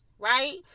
right